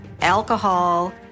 Alcohol